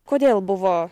kodėl buvo